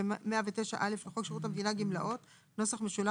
ו-109(א) לחוק שירות המדינה (גמלאות) ,